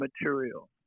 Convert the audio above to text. material